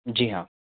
जी हाँ